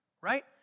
right